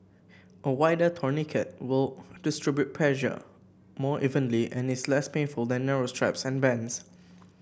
a wider tourniquet will distribute pressure more evenly and is less painful than narrow straps and bands